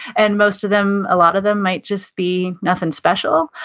and most of them, a lot of them might just be nothing special,